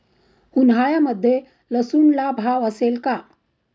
उन्हाळ्यामध्ये लसूणला भाव असेल का?